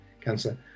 cancer